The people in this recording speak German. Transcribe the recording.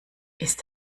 ist